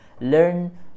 learn